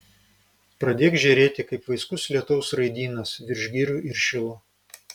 pradėk žėrėti kaip vaiskus lietaus raidynas virš girių ir šilo